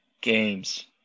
games